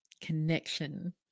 connection